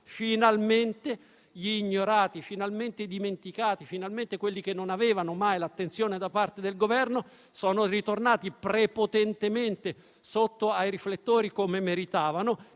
finalmente gli ignorati, finalmente i dimenticati, finalmente coloro che non avevano mai avuto l'attenzione da parte del Governo sono ritornati prepotentemente sotto ai riflettori come meritavano,